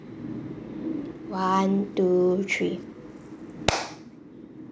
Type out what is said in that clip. one two three